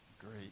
Great